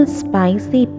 spicy